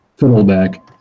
fiddleback